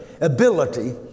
ability